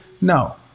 No